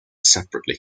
separately